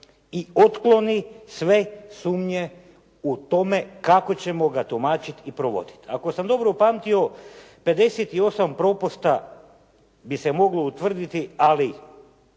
i otkloni sve sumnje u tome kako ćemo ga tumačiti i provoditi. Ako sam dobro upamtio 58 propusta bi se moglo utvrditi, ali